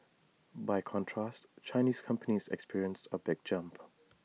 by contrast Chinese companies experienced A big jump